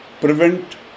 prevent